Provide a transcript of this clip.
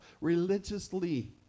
religiously